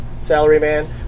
Salaryman